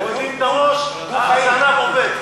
מורידים את הראש, הזנב עובד.